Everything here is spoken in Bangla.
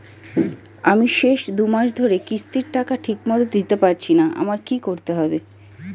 আমি শেষ দুমাস ধরে কিস্তির টাকা ঠিকমতো দিতে পারছিনা আমার কি করতে হবে?